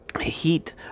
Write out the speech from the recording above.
heat